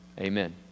Amen